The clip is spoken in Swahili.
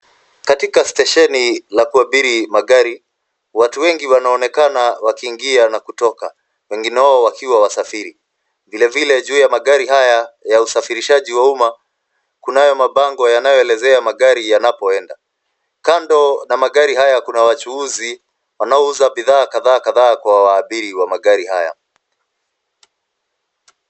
Katika stesheni la kuabiria magari, watu wengi wanaonekana wakiingia na kutoka wengine wao wakiwa wasafiri. Vilevile juu ya magari haya ya usafirishaji wa umma, kunayo mabango yanayoelezea magari yanapoenda. Kando na magari haya kuna wachuuzi wanaouza bidhaa kadha wa kadha kwa waabiri wa magari haya.